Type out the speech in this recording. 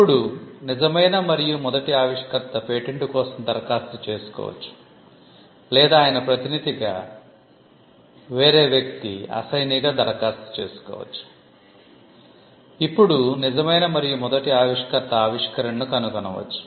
ఇప్పుడు నిజమైన మరియు మొదటి ఆవిష్కర్త ఆవిష్కరణను కనుగొనవచ్చు